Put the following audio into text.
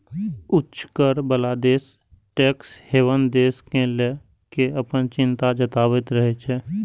उच्च कर बला देश टैक्स हेवन देश कें लए कें अपन चिंता जताबैत रहै छै